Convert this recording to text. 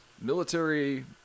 military